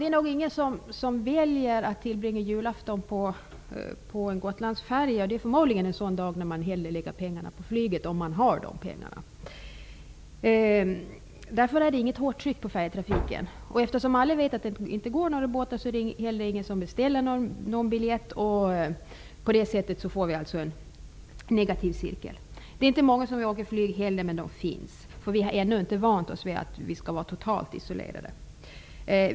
Det är nog ingen som väljer att tillbringa julafton på en Gotlandsfärja. Det är förmodligen en sådan dag när man hellre lägger pengarna på flyget -- om man har pengarna. Därför är det inget hårt tryck på färjetrafiken. Eftersom alla vet att det inte går några båtar är det heller ingen som beställer biljett. På det sättet får vi en ond cirkel. Det är inte många som flyger heller, men de finns. Vi har ännu inte vant oss vid att vi skall vara totalt isolerade.